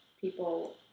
people